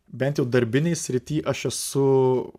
bent jau darbinėj srity aš esu